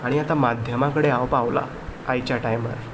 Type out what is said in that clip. आनी आतां माध्यमा कडेन हांव पावलां आयच्या टायमार